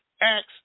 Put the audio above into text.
Acts